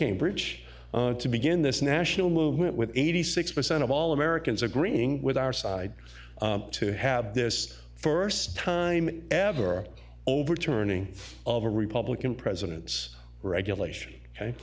cambridge to begin this national movement with eighty six percent of all americans agreeing with our side to have this first time ever overturning of a republican presidents regulation